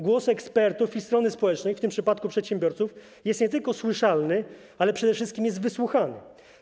Głos ekspertów i strony społecznej, w tym przypadku przedsiębiorców, jest nie tylko słyszalny, ale przede wszystkim wysłuchany.